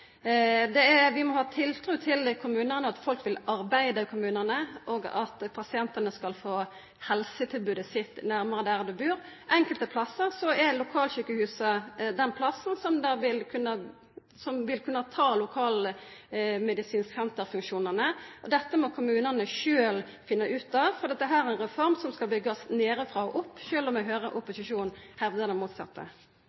ambulerande poliklinikkar. Vi må ha tiltru til kommunane, til at folk vil arbeida i kommunane, og til at pasientane skal få helsetilbodet sitt nærmare der dei bur. Enkelte plassar er lokalsjukehuset den staden som vil kunna ta dei lokalmedisinske senter-funksjonane. Det må kommunane sjølve finna ut av, for dette er ei reform som skal byggjast nedanfrå og opp, sjølv om eg høyrer